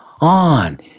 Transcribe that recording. on